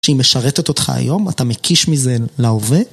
שהיא משרתת אותך היום, אתה מקיש מזה להווה.